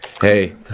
Hey